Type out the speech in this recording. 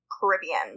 Caribbean